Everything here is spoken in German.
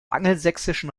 angelsächsischen